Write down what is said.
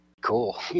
cool